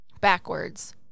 Backwards